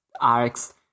Arcs